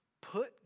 put